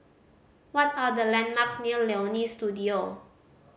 what are the landmarks near Leonie Studio